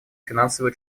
финансовые